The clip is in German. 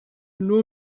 nur